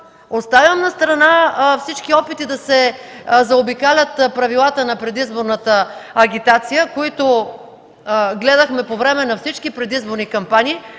Оставям настрана опитите да се заобикалят правилата на предизборната агитация, които гледахме по време на всички предизборни кампании.